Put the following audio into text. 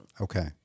Okay